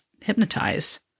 Hypnotize